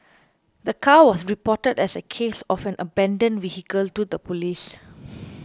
the car was reported as a case of an abandoned vehicle to the police